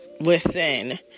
listen